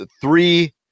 three